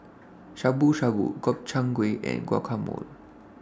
Shabu Shabu Gobchang Gui and Guacamole